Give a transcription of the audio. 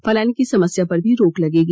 पलायन की समस्या पर भी रोक लगेगी